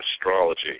astrology